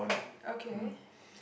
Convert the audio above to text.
okay